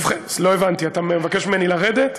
לא הבנתי, אתה מבקש ממני לרדת?